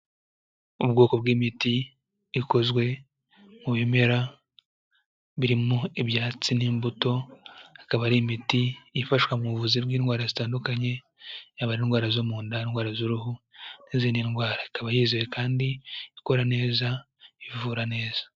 Ubwoko bw'imiti ikozwe mu bimera birimo ibyatsi n'imbuto, akaba ari imiti ifasha mu buvuzi bw'indwara zitandukanye, yaba ari indwara zo mu nda, indwara z'uruhu n'izindi ndwara, ikaba yizewe kandi ikora neza, ivura neza.